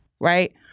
right